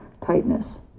tightness